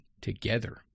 together